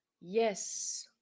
Yes